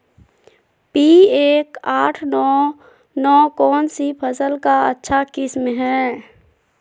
P एक आठ नौ नौ कौन सी फसल का अच्छा किस्म हैं?